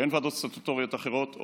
אין ועדות סטטוטוריות אחרות,